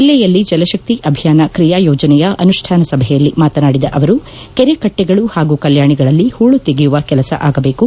ಜಿಲ್ಲೆಯಲ್ಲಿ ಜಲಶಕ್ತಿ ಅಭಿಯಾನ ತ್ರಿಯಾ ಯೋಜನೆಯ ಅನುಷ್ಯಾನ ಸಭೆಯಲ್ಲಿ ಮಾತನಾಡಿದ ಅವರು ಕೆರೆ ಕಟ್ಟೆಗಳು ಪಾಗೂ ಕಲ್ಮಾಣಿಗಳಲ್ಲಿ ಹೂಳು ತೆಗೆಯುವ ಕೆಲಸ ಆಗಬೇಕು